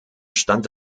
stand